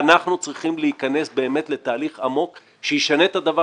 אנחנו צריכים להיכנס באמת לתהליך עמוק שישנה את הדבר